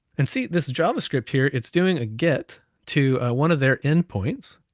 and see this javascript here, it's doing a get to one of their end points.